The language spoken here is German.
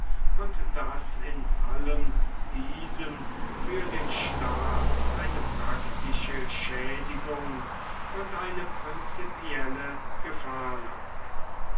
und daß in allem diesem für den staat eine praktische schädigung und eine prinzipielle gefahr lag